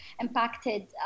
impacted